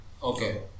Okay